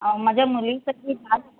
माझ्या मुलीसाठी